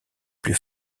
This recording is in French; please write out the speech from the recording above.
plus